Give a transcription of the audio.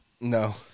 No